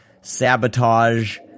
Sabotage